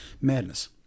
madness